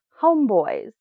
homeboys